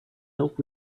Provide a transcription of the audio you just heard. help